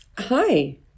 hi